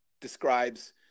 describes